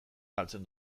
galtzen